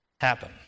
happen